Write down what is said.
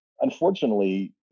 unfortunately